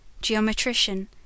Geometrician